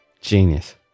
genius